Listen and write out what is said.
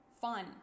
fun